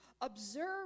observe